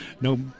No